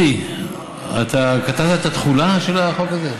דודי, אתה כתבת את התחולה של החוק הזה?